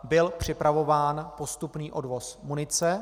Byl připravován postupný odvoz munice.